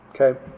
Okay